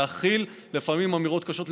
להכיל לפעמים אמירות קשות,